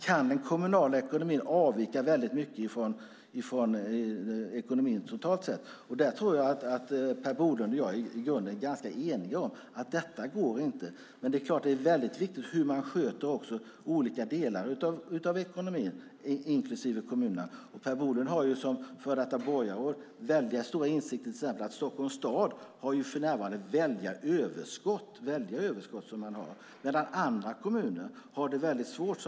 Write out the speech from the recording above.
Kan den kommunala ekonomin avvika mycket från ekonomin totalt sett? Jag tror att Per Bolund och jag i grunden är ganska eniga om att det inte går. Men det är klart att det är viktigt hur man sköter olika delar av ekonomin, inklusive kommunerna. Per Bolund har som före detta borgarråd stora insikter till exempel om att Stockholms stad för närvarande har väldiga överskott. Andra kommuner har det väldigt svårt.